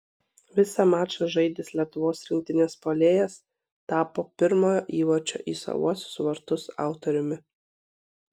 visą mačą žaidęs lietuvos rinktinės puolėjas tapo pirmojo įvarčio į savuosius vartus autoriumi